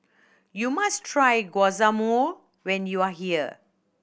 you must try Guacamole when you are here